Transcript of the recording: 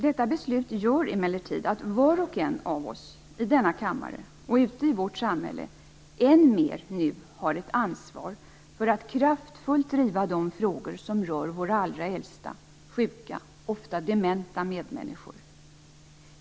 Detta beslut gör emellertid att var och en av oss i denna kammare och ute i vårt samhälle nu ännu mera har ett ansvar för att kraftfullt driva de frågor som rör våra allra äldsta, sjuka och ofta dementa medmänniskor.